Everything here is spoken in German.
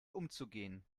umzugehen